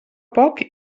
poc